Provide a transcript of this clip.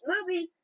Movie